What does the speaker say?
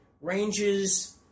ranges